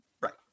right